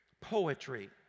poetry